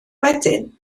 wedyn